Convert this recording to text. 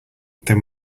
then